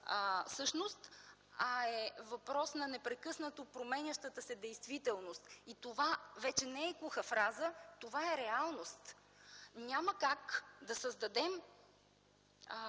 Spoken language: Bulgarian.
а е въпрос на непрекъснато променящата се действителност. Това вече не е куха фраза. Това е реалност. Няма как да създадем